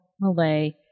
Malay